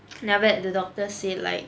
then after that the doctors say like